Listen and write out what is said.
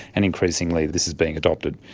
and increasingly this is being adopted.